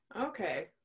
Okay